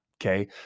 Okay